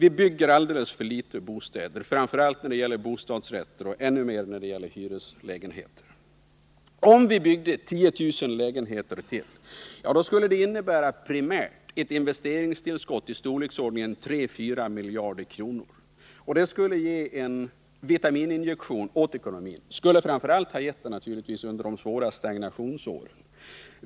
Vi bygger alldeles för litet bostäder, framför allt när det gäller bostadsrätter och ännu mer när det gäller hyreslägenheter. Om vi byggde 10 000 lägenheter till skulle det innebära ett primärt investeringstillskott i storleksordningen 34 miljarder kronor. Detta skulle ge en vitamininjektion åt ekonomin och skulle framför allt naturligtvis ha givit det under de svåra stagnationsåren.